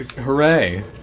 Hooray